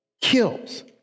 kills